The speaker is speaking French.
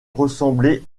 ressemblaient